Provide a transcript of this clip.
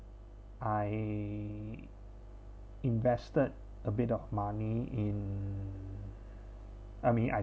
I invested a bit of money in I mean I